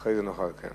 ואחרי זה נוכל להתחלף.